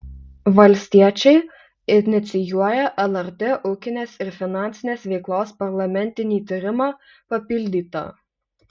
valstiečiai inicijuoja lrt ūkinės ir finansinės veiklos parlamentinį tyrimą papildyta